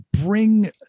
bring